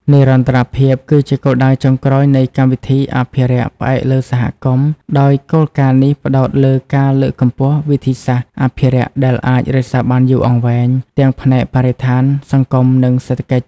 និរន្តរភាព គឺជាគោលដៅចុងក្រោយនៃកម្មវិធីអភិរក្សផ្អែកលើសហគមន៍ ដោយគោលការណ៍នេះផ្ដោតលើការលើកកម្ពស់វិធីសាស្រ្តអភិរក្សដែលអាច រក្សាបានយូរអង្វែង ទាំងផ្នែកបរិស្ថាន សង្គម និងសេដ្ឋកិច្ច។